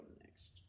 next